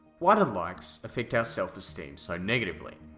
why do likes affect our self esteem so negatively?